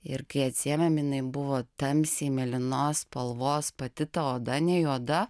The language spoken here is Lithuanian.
ir kai atsiėmėm jinai buvo tamsiai mėlynos spalvos pati ta oda ne juoda